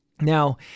Now